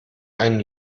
einen